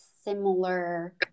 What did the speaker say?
similar